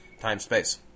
time-space